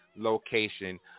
location